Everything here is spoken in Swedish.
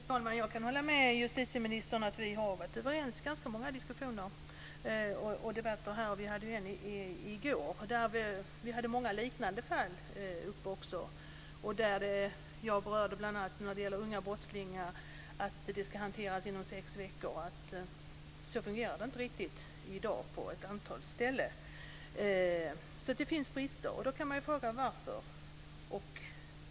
Fru talman! Jag kan hålla med justitieministern om att vi har varit överens i ganska många diskussioner och debatter här. Vi hade ju en debatt i går, där många liknande fall togs upp. Jag berörde bl.a. att ärenden med unga brottslingar ska hanteras inom sex veckor. Så fungerar det inte riktigt i dag på ett antal ställen. Det finns alltså brister. Då kan man fråga varför.